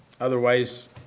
otherwise